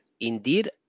indeed